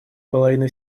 половины